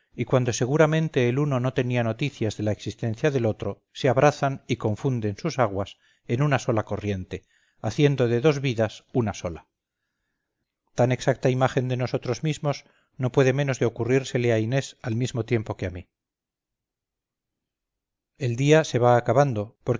y cuando seguramente el uno no tenía noticias de la existencia del otro se abrazan y confunden sus aguas en una sola corriente haciendo de dos vidas una sola tan exacta imagen de nosotros mismos no puede menos de ocurrírsele a inés al mismo tiempo que a mí el día se va acabando